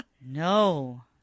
No